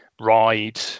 ride